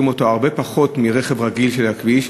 אותו הרבה פחות מאשר על רכב רגיל שעל הכביש,